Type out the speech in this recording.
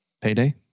Payday